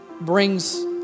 brings